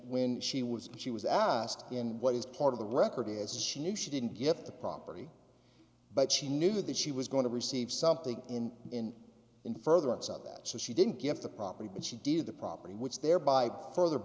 when she was she was asked in what is part of the record is she knew she didn't get the property but she knew that she was going to receive something in in in furtherance of that so she didn't get the property but she did the property which thereby further